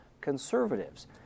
conservatives